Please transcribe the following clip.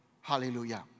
Hallelujah